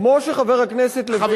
כמו שחבר הכנסת לוין,